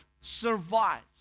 survives